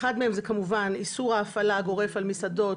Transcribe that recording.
אחד מהם זה כמובן איסור ההפעלה הגורף על מסעדות